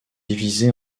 divisés